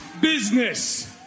business